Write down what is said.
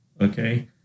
Okay